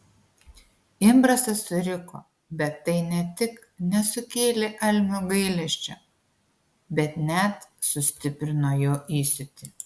imbrasas suriko bet tai ne tik nesukėlė almio gailesčio bet net sustiprino jo įsiūtį